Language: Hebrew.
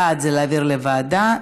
בעד זה להעביר לוועדה,